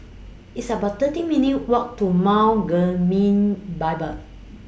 It's about thirteen minutes' Walk to Mount Bible